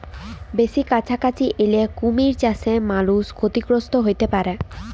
বেসি কাছাকাছি এলে কুমির চাসে মালুষ ক্ষতিগ্রস্ত হ্যতে পারে